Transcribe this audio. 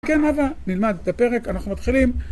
כן אבא, נלמד את הפרק, אנחנו מתחילים.